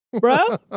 Bro